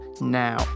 now